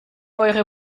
eure